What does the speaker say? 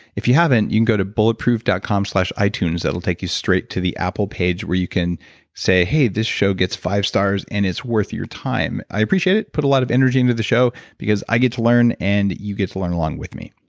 if you haven't, you can go to bulletproof dot com slash itunes, that'll take you straight to the apple page where you can say, hey, this show gets five stars and it's worth your time. i appreciate it. put a lot of energy into the show because i get to learn and you get to learn along with me